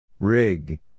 Rig